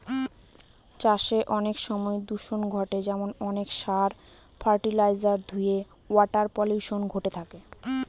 চাষে অনেক সময় দূষন ঘটে যেমন অনেক সার, ফার্টিলাইজার ধূয়ে ওয়াটার পলিউশন ঘটে থাকে